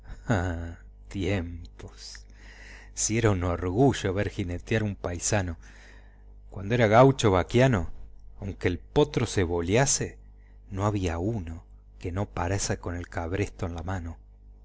tiempos si era un orgullo ver jinetear un paisano cuando era gaucho baquiano aunque el potro se boliase no había uno que no parese con el cabresto en la mano